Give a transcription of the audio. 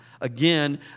again